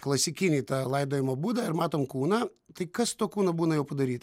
klasikinį tą laidojimo būdą ir matom kūną tai kas su to kūno būna jau padaryt